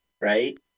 right